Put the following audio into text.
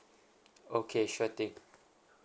okay sure thing